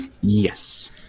Yes